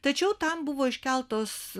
tačiau tam buvo iškeltos